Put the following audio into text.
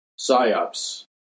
Psyops